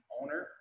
owner